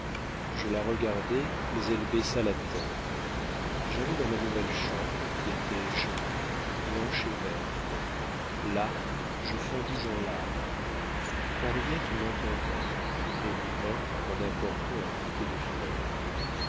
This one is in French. je la regardai mais elle baissa la tête j'allai dans ma nouvelle chambre qui était jolie blanche et verte là je fondis en larmes henriette m'entendit elle y vint en apportant un bouquet de fleurs